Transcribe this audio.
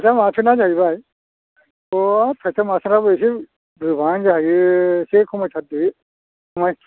थाइथाम आथोना जाहैबाय थायथाम आथोना बा एसे गोबाङानो जाहैयो एसे खमाय थारदो खमाय